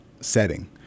setting